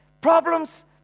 Problems